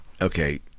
okay